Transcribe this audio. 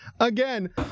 again